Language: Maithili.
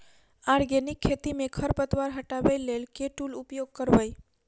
आर्गेनिक खेती मे खरपतवार हटाबै लेल केँ टूल उपयोग करबै?